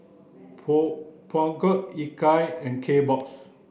Peugeot Ikea and Kbox